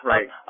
Right